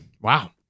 Wow